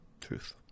Truth